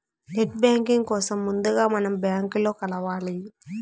net banking కోసం ముందుగా మనం బ్యాంకులో కలవాలి